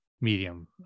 medium